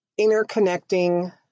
interconnecting